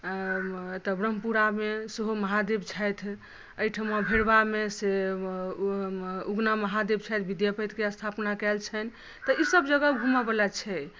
आ एतऽ ब्रह्मपुरामे सेहो महादेव छथि अहिठमा भैरवामे से उगना महादेव छथि विद्यापतिके स्थापना कयल छनि तऽ ई सब जगह घूमऽ वाला छै